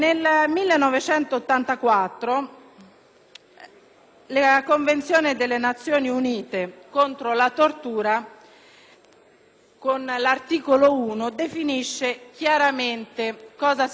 Convenzione delle Nazioni Unite contro la tortura, del 1984, ha definito chiaramente cosa si debba intendere per tortura,